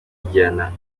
tugirana